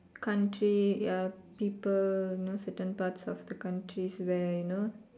country ya people you know certain parts of the countries where you know